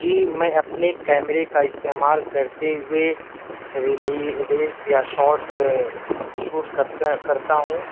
جی میں اپنے کیمرے کا استعمال کرتے ہوئے ریلس یا شورٹ شوٹ کرتے کرتا ہوں